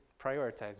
prioritize